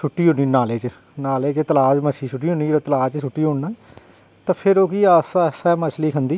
सुट्टी ओड़नी नालै च नालै च जां तलाब बिच सुट्टी ओड़नी ते फिर ओही आस्तै आस्तै मच्छली खंदी